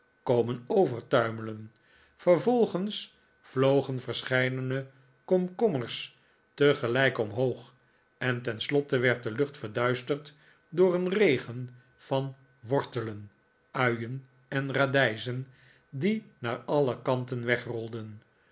komen overtuimelen vervolgens vlogen verscheidene komkommers tegelijk omhoog en tenslotte werd de lucht verduisterd door een regen van wortelen uien en radijzen die naar alle kanten wegrolden